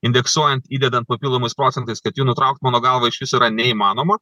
indeksuojant įdedant papildomais procentais kad jų nutraukt mano galva išvis yra neįmanoma